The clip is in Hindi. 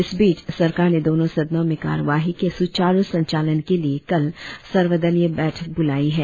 इस बीच सरकार ने दोनों सदनों में कार्यवाही के सुचारु संचालन के लिए कल सर्वदलीय बैठक बुलाई है